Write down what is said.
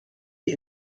die